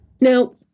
Now